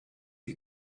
die